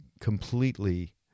completely